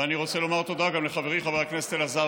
ואני רוצה לומר תודה גם לחברי חבר הכנסת אלעזר